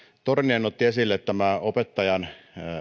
torniainen otti esille opettajan